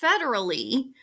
federally